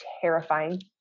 terrifying